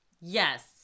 Yes